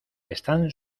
están